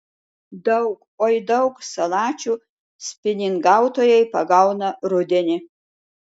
daug oi daug salačių spiningautojai pagauna rudenį